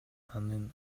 анын